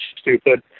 stupid